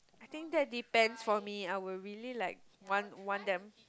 I think that depends for me I will really like want want them